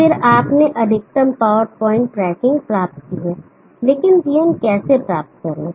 और फिर आपने अधिकतम पावर पॉइंट ट्रैकिंग प्राप्त की है लेकिन vm कैसे प्राप्त करें